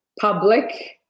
public